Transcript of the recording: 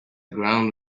ground